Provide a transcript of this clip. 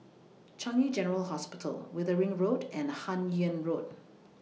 Changi General Hospital Wittering Road and Hun Yeang Road